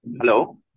Hello